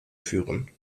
führen